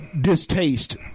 distaste